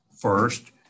first